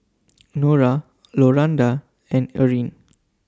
Nora Rolanda and Erin